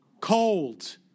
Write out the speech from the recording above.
cold